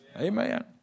Amen